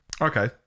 okay